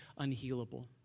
unhealable